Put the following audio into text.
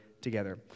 together